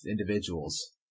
individuals